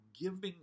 giving